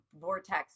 vortex